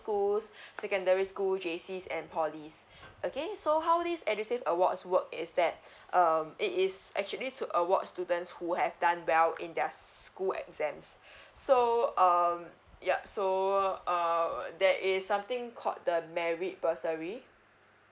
schools secondary schools G A Cs and poly okay so how this edusave awards work is that um it is actually to award students who have done well in their school exams so um yup so err there is something called the merit bursary